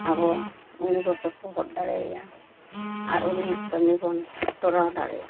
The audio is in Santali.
ᱟᱵᱚ ᱩᱱᱤ ᱵᱚ ᱥᱚᱯᱚᱦᱚᱫᱽ ᱫᱟᱲᱮᱭᱟᱭᱟ ᱟᱨ ᱩᱱᱤᱭᱟᱜ ᱠᱟᱹᱢᱤᱵᱚᱱ ᱛᱚᱨᱟᱣ ᱫᱟᱲᱮᱭᱟᱜᱼᱟ